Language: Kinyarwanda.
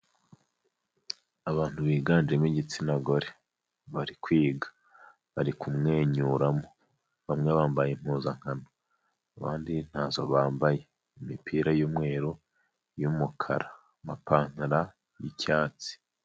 Abantu biganjemo igitsina gore bari kwiga, bari kumwenyuramo bamwe bambaye impuzankano, abandi ntazo bambaye, imipira y'umweru, iy'umukara, amapantaro y'icyatsi.